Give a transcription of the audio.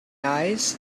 eyes